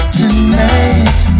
tonight